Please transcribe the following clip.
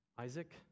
isaac